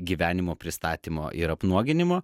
gyvenimo pristatymo ir apnuoginimo